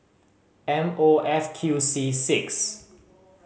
M O F Q C six